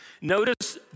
Notice